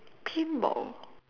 pinball